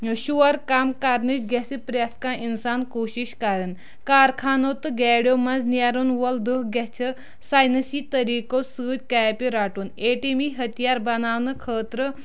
شور کَم کَرنٕچ گژھِ پرٛٮ۪تھ کانہہ اِنسان کوٗشش کَرُن کارخانو تہٕ گاڑیو منٛز نیرَن وول دٔہ گژھِ ساینَسی طریٖقو سۭتۍ کاپہِ رَٹُن ایٹمی ہتھیار بَناونہٕ خٲطرٕ